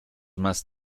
más